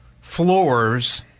floors